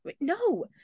no